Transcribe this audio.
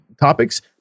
topics